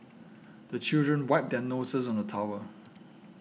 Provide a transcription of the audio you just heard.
the children wipe their noses on the towel